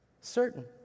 Certain